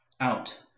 out